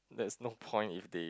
there is no point if they